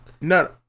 No